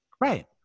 Right